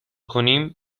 کنیم